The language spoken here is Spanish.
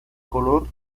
color